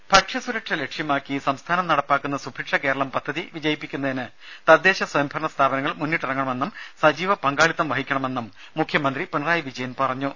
രേര ഭക്ഷ്യസുരക്ഷ ലക്ഷ്യമാക്കി സംസ്ഥാനം നടപ്പാക്കുന്ന സുഭിക്ഷ കേരളം പദ്ധതി വിജയിപ്പിക്കുന്നതിന് തദ്ദേശസ്വയംഭരണ സ്ഥാപനങ്ങൾ മുന്നിട്ടിറങ്ങണമെന്നും സജീവ പങ്കാളിത്തം വഹിക്കണമെന്നും മുഖ്യമന്ത്രി പിണറായി വിജയൻ പറഞ്ഞു